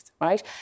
right